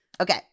Okay